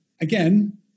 again